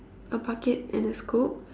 a bucket and a scoop